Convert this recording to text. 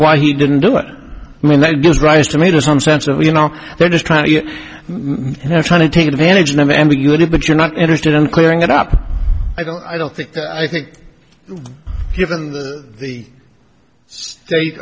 why he didn't do it i mean that gives rise to me to some sense of you know they're just trying to trying to take advantage of ambiguity but you're not interested in clearing it up i don't i don't think i think given the state